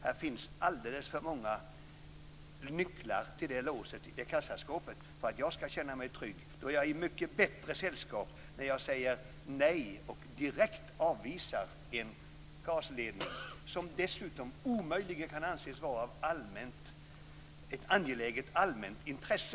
Här finns alldeles för många nycklar till låset i kassaskåpet för att jag skall känna mig trygg. Då är jag i mycket bättre sällskap när jag säger nej och direkt avvisar en gasledning som dessutom omöjligen kan anses vara ett angeläget allmänt intresse.